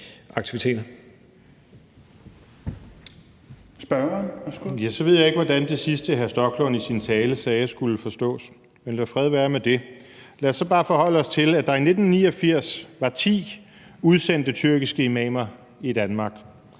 Så ved jeg ikke, hvordan det sidste, hr. Rasmus Stoklund sagde i sin tale, skulle forstås. Men fred være med det. Lad os så bare forholde os til, at der i 1989 var 10 udsendte tyrkiske imamer i Danmark.